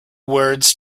words